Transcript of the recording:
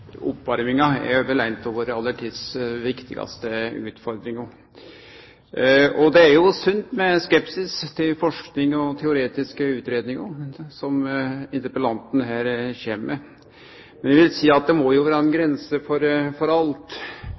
oppvarminga er vel ei av vår tids aller viktigaste utfordringar. Og det er sunt med skepsis til forsking og teoretiske utgreiingar, som interpellanten her kjem med. Men eg vil seie at det må jo vere ei grense for alt.